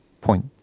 point